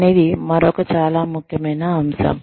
అనేది మరొక చాలా ముఖ్యమైన అంశం